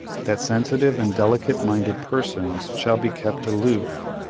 that sensitive and delicate-minded persons shall be kept aloof,